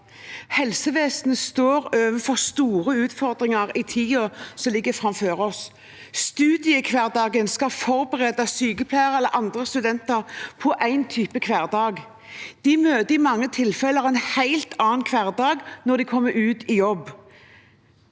Helsevesenet står overfor store utfordringer i tiden som ligger framfor oss. Studiehverdagen skal forberede sykepleiere eller andre studenter på én type hverdag. De møter i mange tilfeller en helt annen hverdag når de kommer ut i jobb.